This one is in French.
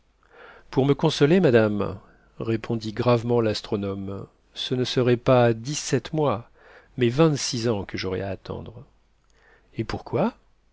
pour me consoler madame répondit gravement l'astronome ce ne serait pas dix-sept mois mais vingt-six ans que j'aurais à attendre et pourquoi